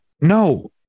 no